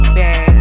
bad